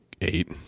eight